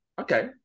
Okay